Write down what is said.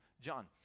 John